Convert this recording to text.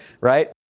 right